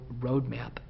roadmap